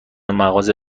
مغازه